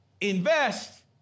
Invest